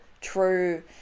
true